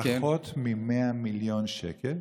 מ-100 מיליון שקל.